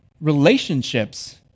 relationships